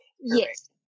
Yes